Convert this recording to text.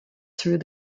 through